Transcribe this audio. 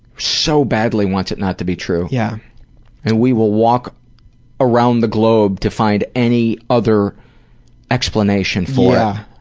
so badly want it not to be true. yeah and we will walk around the globe to find any other explanation for